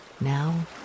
now